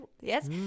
Yes